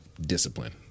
discipline